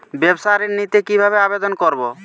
ব্যাবসা ঋণ নিতে কিভাবে আবেদন করব?